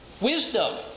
wisdom